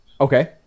Okay